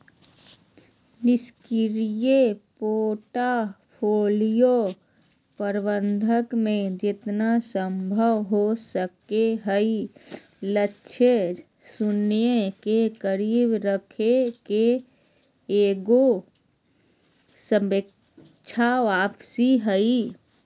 निष्क्रिय पोर्टफोलियो प्रबंधन मे जेतना संभव हो सको हय लक्ष्य शून्य के करीब रखे के एगो सापेक्ष वापसी हय